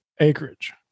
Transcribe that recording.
acreage